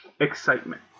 excitement